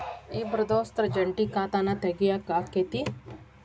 ಇಬ್ರ ದೋಸ್ತರ ಜಂಟಿ ಖಾತಾನ ತಗಿಯಾಕ್ ಆಕ್ಕೆತಿ?